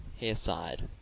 hair-side